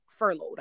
furloughed